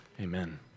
Amen